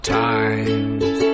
times